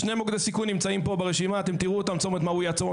שני מוקדי סיכון נמצאים פה ברשימה צומת מועאוויה וצומת